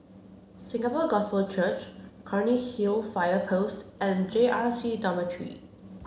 Singapore Gospel Church Cairnhill Fire Post and J R C Dormitory